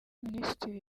minisitiri